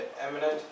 eminent